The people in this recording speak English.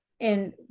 and-